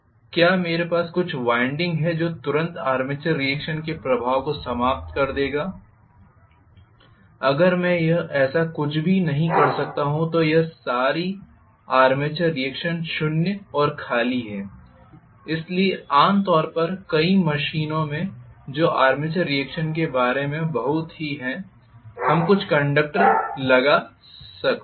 क्या मेरे पास कुछ वाइंडिंग हैं जो तुरंत आर्मेचर रीएक्शन के प्रभाव को समाप्त कर देगा अगर मैं यह ऐसा कुछ भी नहीं कर सकता हूँ तो यह सारी आर्मेचर रीएक्शन शून्य और खाली है इसलिए आमतौर पर कई मशीनों में जो आर्मेचर रीएक्शन के बारे में बहुत ही हैं हम कुछ कंडक्टर लगा सकते हैं